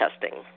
testing